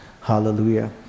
hallelujah